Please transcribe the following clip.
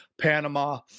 Panama